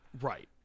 Right